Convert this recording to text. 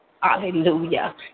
Hallelujah